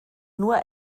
nur